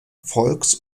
volks